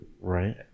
Right